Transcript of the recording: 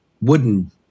wooden